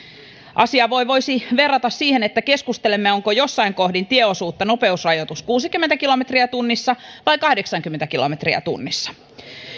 asiaa voisi verrata siihen että keskustelemme onko jossain kohdin tieosuutta nopeusrajoitus kuusikymmentä kilometriä tunnissa vai kahdeksankymmentä kilometriä tunnissa